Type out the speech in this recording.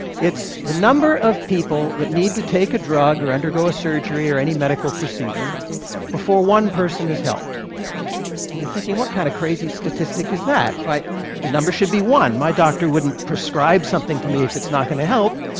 it's the number of people that need to take a drug or undergo a surgery or any medical procedure before one person is helped. and you're thinking, what kind of crazy statistic is that? like the number should be one. my doctor wouldn't prescribe something to me if it's not going to help.